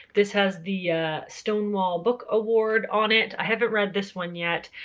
this has the stonewall book award on it. i haven't read this one yet.